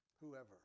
whoever